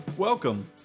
Welcome